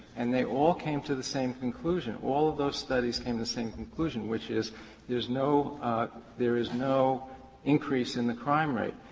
and they all came to the same conclusion, all of those studies came to the same conclusion, which is there is no there is no increase in the crime rate.